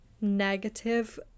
negative